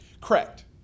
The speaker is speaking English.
Correct